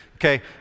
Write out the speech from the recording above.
Okay